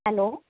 hello